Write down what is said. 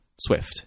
Swift